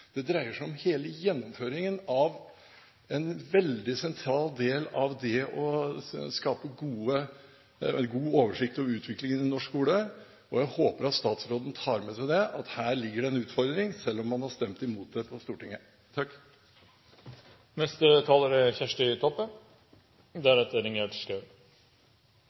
veldig sentral del av det å skape god oversikt over utviklingen i norsk skole, og jeg håper at statsråden tar med seg at her ligger det en utfordring, selv om man har stemt imot det på Stortinget. Først vil eg hylla tittelen på ungdomsskulemeldinga som er